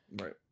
Right